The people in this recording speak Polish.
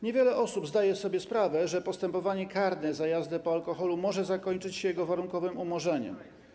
Niewiele osób zdaje sobie sprawę, że postępowanie karne za jazdę po alkoholu może zakończyć się warunkowym umorzeniem.